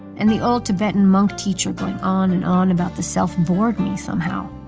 and the old tibetan monk teacher going on and on about the self bored me somehow.